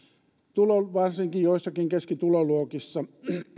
ongelmia varsinkin joissakin keskituloluokissa